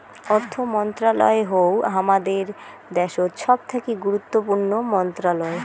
অর্থ মন্ত্রণালয় হউ হামাদের দ্যাশোত সবথাকি গুরুত্বপূর্ণ মন্ত্রণালয়